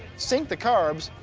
synced the carbs,